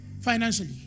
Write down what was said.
Financially